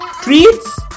treats